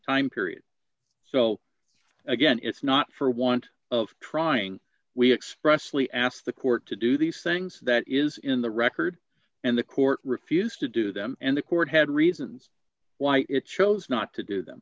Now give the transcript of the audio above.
time period so again it's not for want of trying we expressly asked the court to do these things that is in the record and the court refused to do them and the court had reasons why it chose not to do them